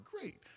great